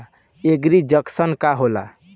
एगरी junction का होला?